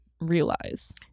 realize